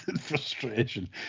frustration